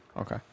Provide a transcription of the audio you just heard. Okay